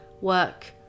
Work